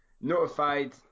notified